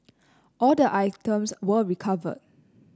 all the items were recovered